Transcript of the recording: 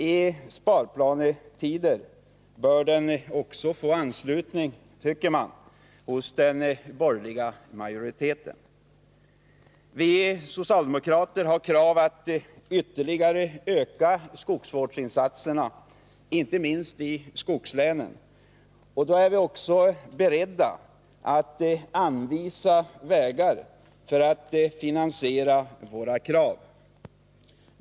I sparplanetider bör den få anslutning, tycker man, också hos den borgerliga majoriteten. Vi socialdemokrater har krav att ytterligare öka skogsvårdsinsatserna, inte minst i skogslänen, och då är vi också beredda att anvisa vägar för att finansiera våra krav.